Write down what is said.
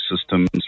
systems